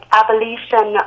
abolition